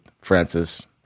Francis